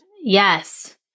Yes